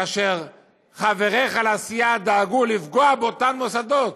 כאשר חבריך לסיעה דאגו לפגוע באותם מוסדות,